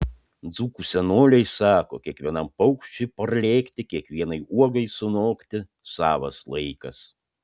dzūkų senoliai sako kiekvienam paukščiui parlėkti kiekvienai uogai sunokti savas laikas